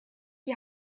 die